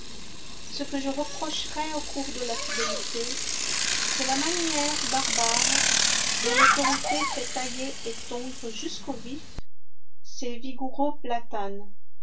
ce que je reprocherais au cours de la fidélité c'est la manière barbare dont l'autorité fait tailler et tondre jusqu'au vif ces vigoureux platanes